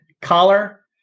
collar